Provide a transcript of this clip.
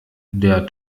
der